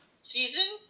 season